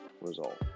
result